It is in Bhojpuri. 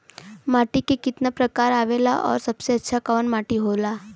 माटी के कितना प्रकार आवेला और सबसे अच्छा कवन माटी होता?